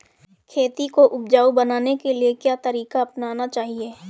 खेती को उपजाऊ बनाने के लिए क्या तरीका अपनाना चाहिए?